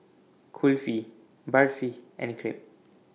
Kulfi Barfi and Crepe